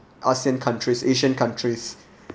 asean countries asian countries